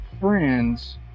friends